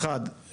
אחד,